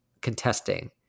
contesting